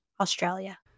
Australia